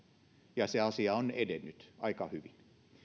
ja asia on edennyt aika hyvin